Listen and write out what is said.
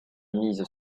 mise